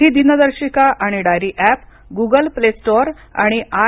हि दिनदर्शिका आणि diary app Google play store आणि आय